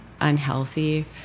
unhealthy